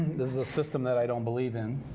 this is a system that i don't believe in.